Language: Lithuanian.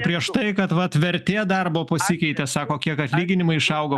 prieš tai kad vat vertė darbo pasikeitė sako kiek atlyginimai išaugo